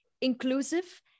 inclusive